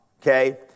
okay